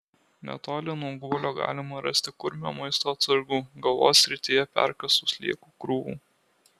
netoli nuo guolio galima rasti kurmio maisto atsargų galvos srityje perkąstų sliekų krūvų